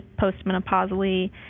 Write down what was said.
postmenopausally